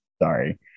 Sorry